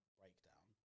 breakdown